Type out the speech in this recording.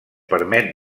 permet